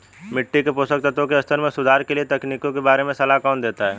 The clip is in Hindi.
मिट्टी के पोषक तत्वों के स्तर में सुधार के लिए तकनीकों के बारे में सलाह कौन देता है?